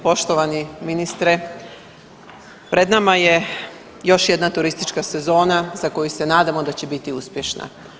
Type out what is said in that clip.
Poštovani ministre, pred nama je još jedna turistička sezona za koju se nadamo da će biti uspješna.